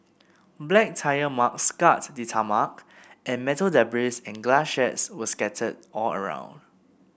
black tyre marks scarred the tarmac and metal debris and glass shards were scattered all around